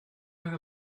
oedd